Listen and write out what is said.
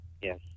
Yes